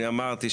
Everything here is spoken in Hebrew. אני אמרתי,